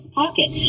pocket